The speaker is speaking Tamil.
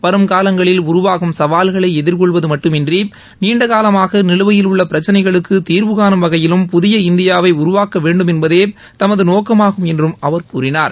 வருங்காலங்களில் உருவாகும் சவால்களை எதிர்கொள்வது மட்டுமன்றி நீண்டகாலமாக நிலுவையில் உள்ள பிரச்சினைகளுக்கு தீர்வுகானும் வகையிலும் புதிய இந்தியாவை உருவாக்க வேண்டும் என்பதே தமது நோக்கமாகும் என்றும் அவர் கூறினார்